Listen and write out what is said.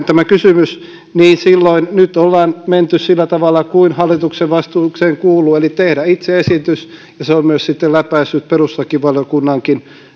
tämä kysymys niin nyt ollaan menty sillä tavalla kuin hallituksen vastuuseen kuuluu eli tehdään itse esitys ja se on läpäissyt perustuslakivaliokunnankin minusta